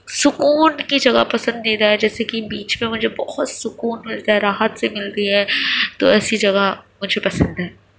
سکون کی جگہ پسندیدہ ہے جیسے کہ بیچ پہ مجھے بہت سکون ملتا ہے راحت سی ملتی ہے تو ایسی جگہ مجھے پسند ہے